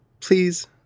please